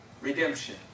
redemption